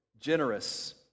generous